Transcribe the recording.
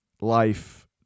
life